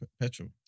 petrol